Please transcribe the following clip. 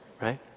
right